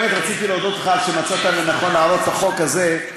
באמת רציתי להודות לך על שמצאת לנכון להעלות את החוק הזה.